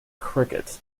cricket